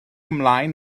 ymlaen